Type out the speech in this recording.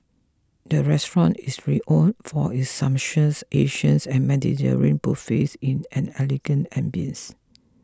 the restaurant is renowned for its sumptuous Asians and Mediterranean buffets in an elegant ambience